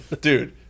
dude